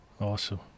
Awesome